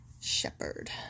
Shepherd